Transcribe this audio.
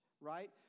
right